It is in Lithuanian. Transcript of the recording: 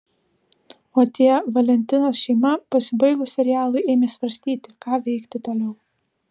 o tie valentinos šeima pasibaigus serialui ėmė svarstyti ką veikti toliau